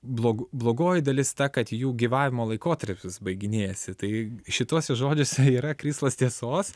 blogu blogoji dalis ta kad jų gyvavimo laikotarpis baiginėjasi tai šituose žodžiuose yra krislas tiesos